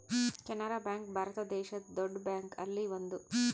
Canara bank ಭಾರತ ದೇಶದ್ ದೊಡ್ಡ ಬ್ಯಾಂಕ್ ಅಲ್ಲಿ ಒಂದು